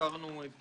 הזכרנו את